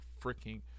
freaking